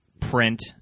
print